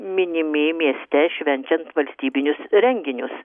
minimi mieste švenčiant valstybinius renginius